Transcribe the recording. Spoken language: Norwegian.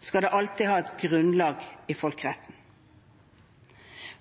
skal det alltid ha grunnlag i folkeretten.